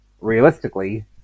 realistically